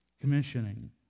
Commissioning